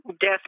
death